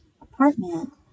apartment